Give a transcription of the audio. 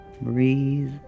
breathe